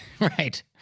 Right